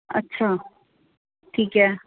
ਅੱਛਾ ਠੀਕ ਹੈ